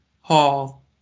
Hall